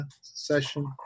session